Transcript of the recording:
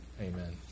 Amen